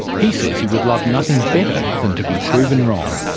he says he would love nothing better than to be proven wrong.